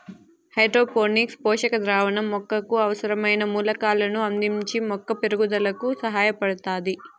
hydroponics పోషక ద్రావణం మొక్కకు అవసరమైన మూలకాలను అందించి మొక్క పెరుగుదలకు సహాయపడుతాది